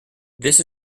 this